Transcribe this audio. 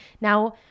now